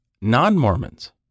non-Mormons